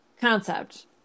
concept